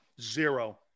Zero